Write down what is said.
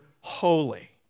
holy